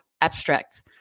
abstract